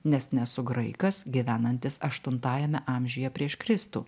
nes nesu graikas gyvenantis aštuntajame amžiuje prieš kristų